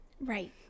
right